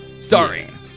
starring